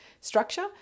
structure